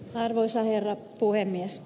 arvoisa herra puhemies